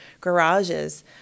garages